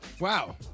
wow